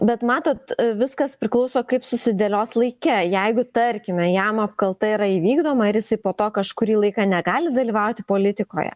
bet matot viskas priklauso kaip susidėlios laike jeigu tarkime jam apkalta yra įvykdoma ir jisai po to kažkurį laiką negali dalyvauti politikoje